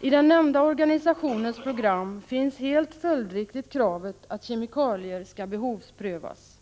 I den nämnda organisationens program finns helt följdriktigt kravet att kemikalier skall behovsprövas.